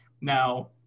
Now